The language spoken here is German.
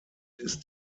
ist